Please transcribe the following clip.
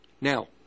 Now